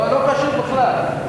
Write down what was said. לא קשור בכלל.